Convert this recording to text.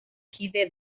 kide